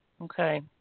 Okay